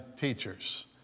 teachers